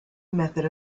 method